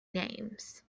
names